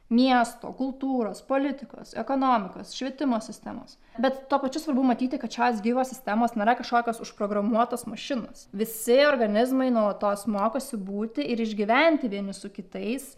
miesto kultūros politikos ekonomikos švietimo sistemos bet tuo pačiu svarbu matyti kad šios gyvos sistemos nėra kažkokios užprogramuotos mašinos visi organizmai nuolatos mokosi būti ir išgyventi vieni su kitais